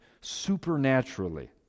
supernaturally